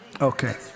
Okay